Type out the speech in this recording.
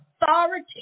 authority